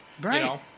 Right